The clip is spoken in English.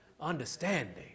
Understanding